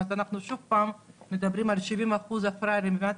אז שוב פעם אנחנו מדברים על 70% הפראיירים במדינת